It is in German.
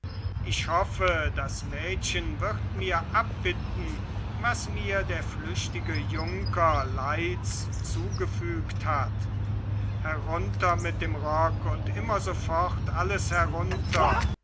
ich hoffe das mädchen wird mir abbitten was mir der flüchtige junker leids zugefügt hat herunter mit dem rock und immer so fort alles herunter